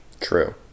True